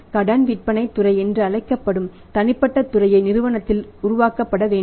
கடன் விற்பனைத் துறை என்று அழைக்கப்படும் தனிப்பட்ட துறையை நிறுவனத்தில் உருவாக்கப்பட வேண்டும்